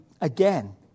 again